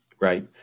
right